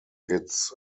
its